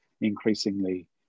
increasingly